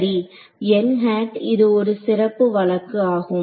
சரி இது ஒரு சிறப்பு வழக்கு ஆகும்